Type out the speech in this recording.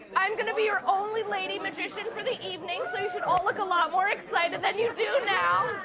i'm going to be your only lady magician for the evening so you should all look a lot more excited than you do now.